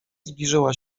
zbliżyła